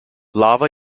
lava